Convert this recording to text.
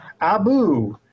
Abu